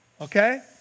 okay